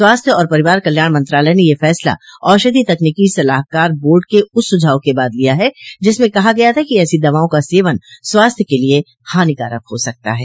स्वास्थ्य और परिवार कल्याण मंत्रालय ने यह फसला औषधि तकनीकी सलाहकार बोर्ड के उस सुझाव के बाद लिया है जिसमें कहा गया था कि ऐसो दवाओं का सेवन स्वास्थ्य के लिए हानिकारक हो सकता है